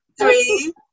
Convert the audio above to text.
three